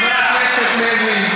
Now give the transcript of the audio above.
חבר הכנסת לוי.